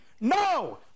No